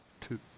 two